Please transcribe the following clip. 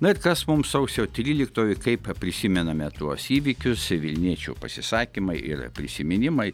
na ir kas mums sausio tryliktoji kaip prisimename tuos įvykius vilniečių pasisakymai ir prisiminimai